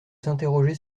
s’interroger